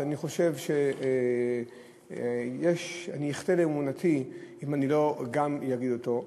שאני חושב שאני אחטא לאמונתי אם לא אגיד גם אותו,